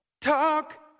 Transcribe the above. Talk